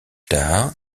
tard